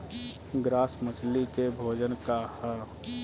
Grass मछली के भोजन का ह?